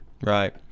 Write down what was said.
right